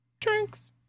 Drinks